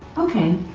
okay